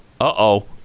Uh-oh